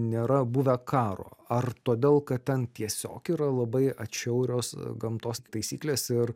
nėra buvę karo ar todėl kad ten tiesiog yra labai atšiaurios gamtos taisyklės ir